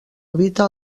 habita